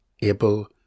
able